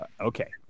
Okay